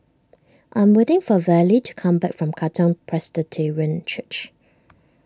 I'm waiting for Vallie to come back from Katong Presbyterian Church